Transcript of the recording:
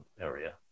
area